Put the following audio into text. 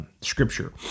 scripture